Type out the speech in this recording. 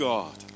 God